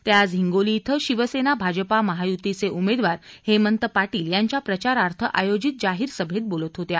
त्या आज हिंगोली इथं शिवसेना भाजपा महायुतीचे उमेदवार हेमंत पाटील यांच्या प्रचारार्थ आयोजित जाहीर सभेत बोलत होत्या